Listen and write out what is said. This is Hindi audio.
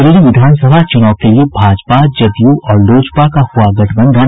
दिल्ली विधानसभा चुनाव के लिए भाजपा जदयू और लोजपा का हुआ गठबंधन